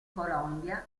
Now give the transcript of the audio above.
colombia